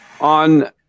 On